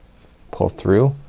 pull through,